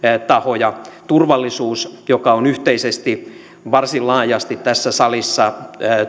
tahoja turvallisuus joka on yhteisesti varsin laajasti tässä salissa